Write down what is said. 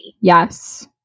Yes